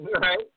Right